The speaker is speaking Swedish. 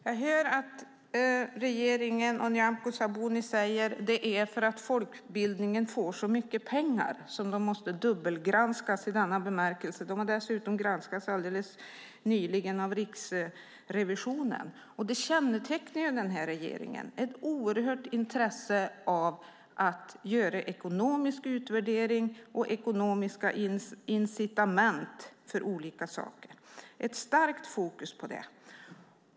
Fru talman! Jag hör att regeringen och Nyamko Sabuni säger att det är för att folkbildningen får så mycket pengar som den måste dubbelgranskas i denna bemärkelse. Folkbildningen har dessutom granskats nyligen av Riksrevisionen. Det kännetecknar regeringen, nämligen ett oerhört intresse av att göra ekonomiska utvärderingar och ge ekonomiska incitament för olika saker. Det är ett starkt fokus på det.